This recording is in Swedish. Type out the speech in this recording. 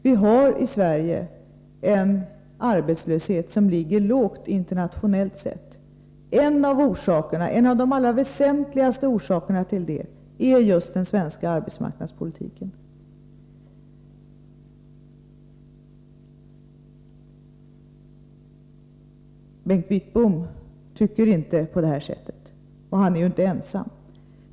Vi har i Sverige en arbetslöshet som ligger lågt internationellt sett. En av de allra väsentligaste orsakerna till detta är just den svenska arbetsmarknadspolitiken. Bengt Wittbom tycker inte på det här sättet, och han är inte ensam om det.